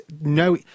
no